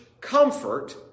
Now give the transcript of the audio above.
comfort